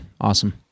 Awesome